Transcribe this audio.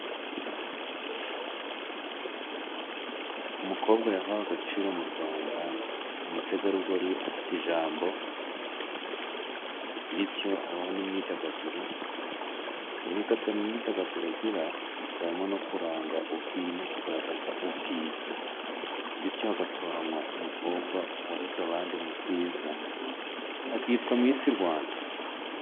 Umukobwa yahawe agaciro mu Rwanda, umutegarugori afite ijambo bityo habaho n'imyidagaduro, mu myidagaduro agira hakabamo no kuranga ubwiza no kugaragaza ubwiza, bityo hagatoranywa umukobwa wahize abandi mu bwiza, akitwa misi Rwanda.